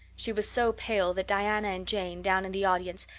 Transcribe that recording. she was so pale that diana and jane, down in the audience,